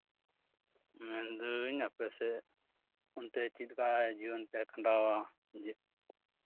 ᱢᱮᱱᱫᱟᱹᱧ ᱟᱯᱮ ᱥᱮᱫ ᱚᱱᱛᱮ ᱪᱮᱫ ᱞᱮᱠᱟ ᱡᱤᱭᱚᱱ ᱯᱮ ᱠᱷᱟᱸᱰᱟᱣᱟ